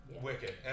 Wicked